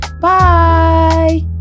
bye